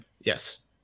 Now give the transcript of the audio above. yes